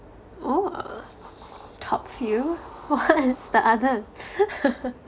oh top few what are the others